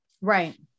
Right